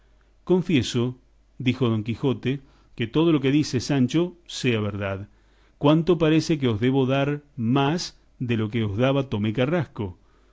confieso dijo don quijote que todo lo que dices sancho sea verdad cuánto parece que os debo dar más de lo que os daba tomé carrasco